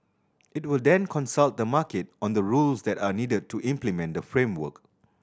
it will then consult the market on the rules that are needed to implement the framework